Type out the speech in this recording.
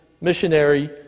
missionary